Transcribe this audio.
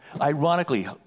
Ironically